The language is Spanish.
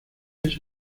ese